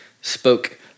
spoke